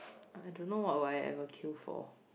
I don't know what will I ever kill for